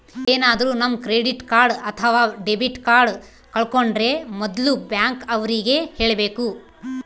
ಏನಾದ್ರೂ ನಮ್ credit card ಅಥವಾ ಡೆಬಿಟ್ ಕಾರ್ಡ್ ಕಳ್ಕೊಂಡ್ರೆ ಮೊದ್ಲು ಬ್ಯಾಂಕ್ ಅವ್ರಿಗೆ ಹೇಳ್ಬೇಕು